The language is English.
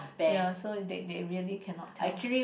ya so they they really cannot tell